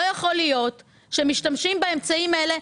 לא יכול להיות שמשתמשים באמצעים האלה.